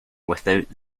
without